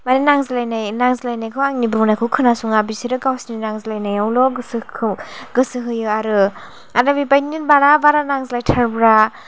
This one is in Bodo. मानि नांज्लायनाय नांज्लायनायखौ आंनि बुंनायखौ खोनासङा बिसोरो गावसिनि नांज्लायनायावल' गोसोखौ गोसो होयो आरो ओमफ्राय बिबायनो बारा बारा नांज्लाय थारब्रा